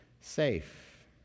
safe